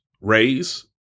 raise